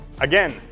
Again